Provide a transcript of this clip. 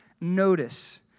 notice